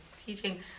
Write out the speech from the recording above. teaching